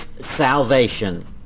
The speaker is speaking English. salvation